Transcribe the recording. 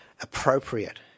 appropriate